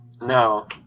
No